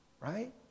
right